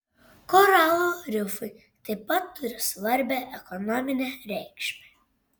koralų rifai taip pat turi svarbią ekonominę reikšmę